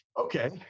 okay